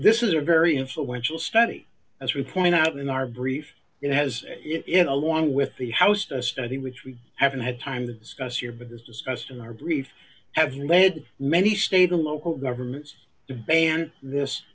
this is a very influential study as we point out in our brief it has it along with the house a study which we haven't had time to discuss here but as discussed in our brief have you made many state and local governments to ban this